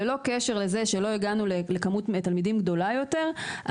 ללא קשר לזה שלא הגענו לכמות תלמידים גדולה יותר,